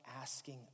asking